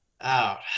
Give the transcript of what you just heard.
out